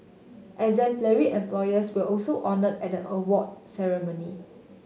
exemplary employers where also honoured at the award ceremony